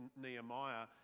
Nehemiah